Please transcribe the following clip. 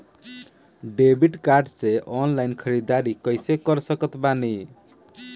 Debit card से online ख़रीदारी कैसे कर सकत बानी?